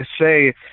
say